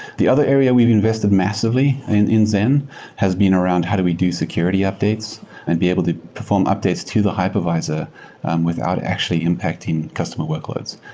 the other area we've invested massively in in zen has been around how do we do security updates and be able to perform updates to the hypervisor without actually impacting customer workloads.